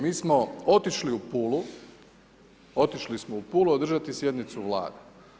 Mi smo otišli u Pulu, otišli smo u Pulu održati sjednicu Vlade.